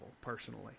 Personally